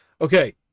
Okay